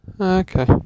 Okay